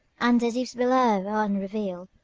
and the deeps below are unrevealed,